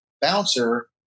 Bouncer